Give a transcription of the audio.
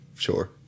Sure